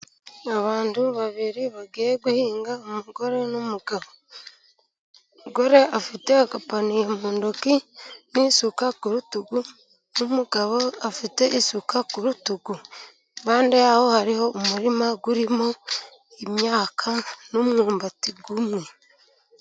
Abantu babiri bagiye guhinga umugore n'umugabo. Umugore afite agapaniye mu ntoki n'isuka ku rutugu, n'umugabo afite isuka ku rutugu. Impande yaho hariho umurima urimo imyaka n'umwumbati umwe.